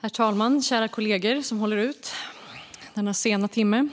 Herr talman och kära kollegor, som håller ut denna sena timme!